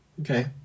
Okay